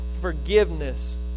forgiveness